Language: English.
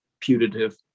putative